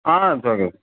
ah it's okay